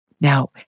Now